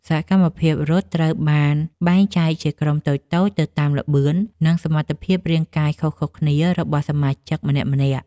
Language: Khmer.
សកម្មភាពរត់ត្រូវបានបែងចែកជាក្រុមតូចៗទៅតាមល្បឿន និងសមត្ថភាពរាងកាយខុសៗគ្នារបស់សមាជិកម្នាក់ៗ។